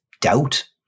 doubt